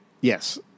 Yes